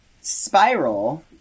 Spiral